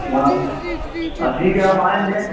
हाँ हाँ ठीक है हम आएँगे